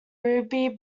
ruby